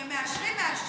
כשמאשרים, מאשרים.